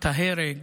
את ההרג,